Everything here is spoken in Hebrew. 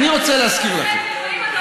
את שוברים שתיקה ובצלם?